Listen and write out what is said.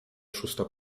szósta